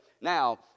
Now